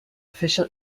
official